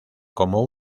cómo